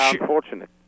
Unfortunate